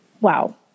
wow